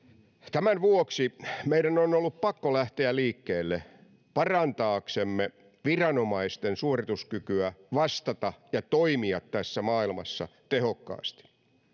tämän vuoksi meidän on on ollut pakko lähteä liikkeelle parantaaksemme viranomaisten suorituskykyä vastata ja toimia tässä maailmassa tehokkaasti